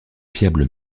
fiable